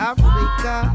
Africa